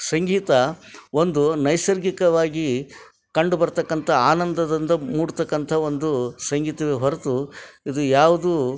ಸಂಗೀತ ಒಂದು ನೈಸರ್ಗಿಕವಾಗಿ ಕಂಡುಬರತಕ್ಕಂಥ ಆನಂದದಿಂದ ಮೂಡತಕ್ಕಂಥ ಒಂದು ಸಂಗೀತವೇ ಹೊರತು ಇದು ಯಾವುದೂ